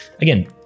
again